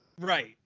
Right